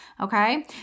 Okay